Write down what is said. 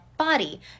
Body